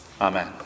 Amen